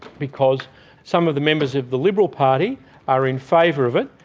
because some of the members of the liberal party are in favour of it,